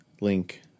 link